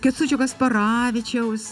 kęstučio kasparavičiaus